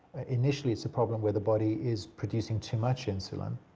initially, it's a problem where the body is producing too much insulin,